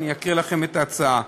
אקריא לכם את ההצעה.